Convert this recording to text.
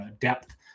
depth